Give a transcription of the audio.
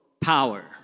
power